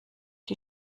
die